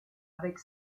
avec